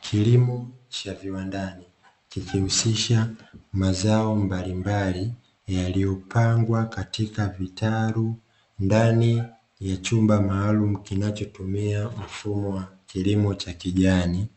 Kilimo cha viwanda kikihusisha mazao mbalimbali yaliyopangwa katika vitalu ndani ya chumba maalum kinachotumia mfumo wa kilimo cha kijani,